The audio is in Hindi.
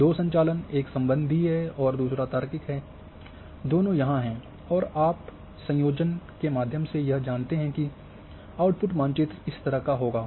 अब दो संचालन एक संबंधीय है और दूसरा तार्किक है दोनों यहां हैं और आप संयोजन के मध्यम से यह जानते हैं कि आपका आउटपुट मानचित्र इस तरह होगा